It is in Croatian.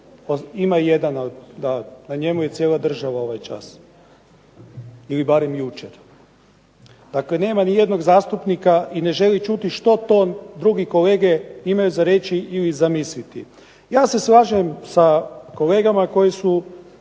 ima jedan ali na njemu je cijela država ovaj čas, ili barem jučer. Dakle, nema ni jednog zastupnika i ne želi čuti što to drugi kolege imaju za reći ili za misliti. Ja se slažem sa kolegama koji su